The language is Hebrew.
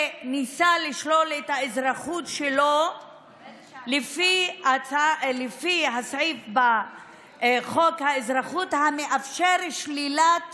שניסה לשלול את האזרחות שלו לפי הסעיף בחוק האזרחות המאפשר שלילת